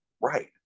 Right